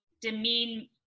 demean